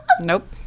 Nope